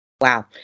Wow